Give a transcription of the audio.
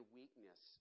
weakness